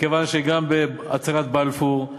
מכיוון שגם בהצהרת בלפור,